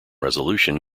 resolution